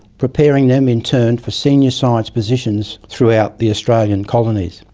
preparing them in turn for senior science positions throughout the australian colonies.